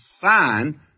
sign